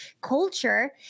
culture